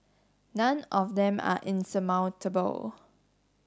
none of them are insurmountable